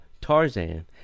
Tarzan